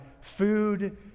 food